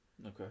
Okay